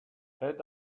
had